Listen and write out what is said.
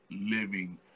living